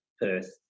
Perth